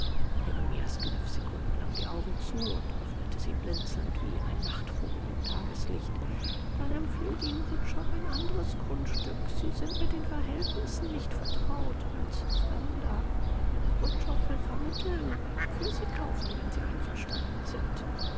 jeremias kniff sekundenlang die augen zu und öffnete sie blinzelnd wie ein nachtvogel im tageslicht dann empfiehlt ihnen wutschow ein anderes grundstück sie sind mit den verhältnissen nicht vertraut als fremder wutschow will vermitteln für sie kaufen wenn sie einverstanden sind